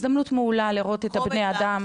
זאת הזדמנות מעולה לראות את בני האדם --- בכל מקרה,